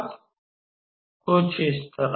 तो कुछ इस तरह